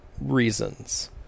reasons